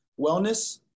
wellness